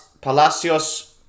Palacios